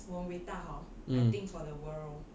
我很伟大 hor I think for the world